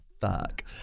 fuck